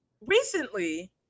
recently